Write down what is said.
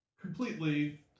completely